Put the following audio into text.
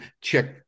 check